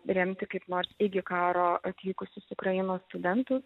remti kaip nors iki karo atvykusius ukrainos studentus